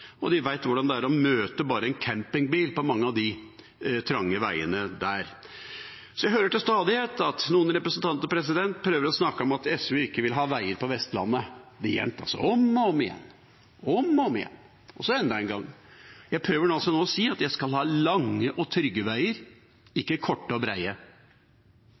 De vet hvordan det er å møte bare en campingbil på mange av de trange veiene der. Jeg hører til stadighet at noen representanter snakker om at SV ikke vil ha veier på Vestlandet. Det gjentas om igjen og om igjen – og enda en gang. Jeg prøver nå å si at vi vil ha lange og trygge veier – ikke korte og